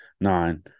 nine